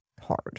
hard